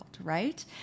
right